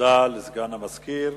תודה לסגן המזכיר.